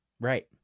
Right